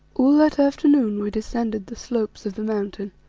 all that afternoon we descended the slopes of the mountain,